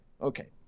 okay